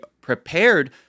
prepared